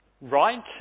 right